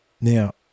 Now